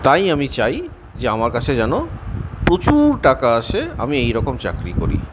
তাই আমি চাই যে আমার কাছে যেন প্রচুর টাকা আসে আমি এই রকম চাকরি করি